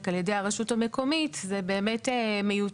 על ידי הרשות המקומית זה באמת מיותר.